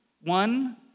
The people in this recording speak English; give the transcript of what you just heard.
one